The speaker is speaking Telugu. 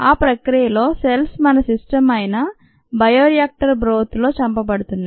ఆ ప్రక్రియలో సెల్స్ మన సిస్టమ్ అయిన బయోరియాక్టర్ బ్రోత్ లో చంపబడుతున్నాయి